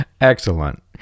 excellent